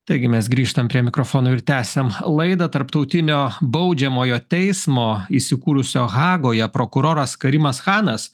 taigi mes grįžtam prie mikrofono ir tęsiam laidą tarptautinio baudžiamojo teismo įsikūrusio hagoje prokuroras karimas chanas